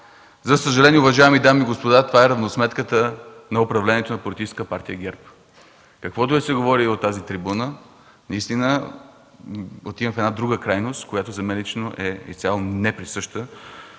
За съжаление, уважаеми дами и господа, това е равносметката на управлението на Политическа партия ГЕРБ. Каквото и да се говори от тази трибуна, отиваме в една друга крайност, която за мен е изцяло неприсъща